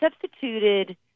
substituted